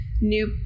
new